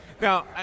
now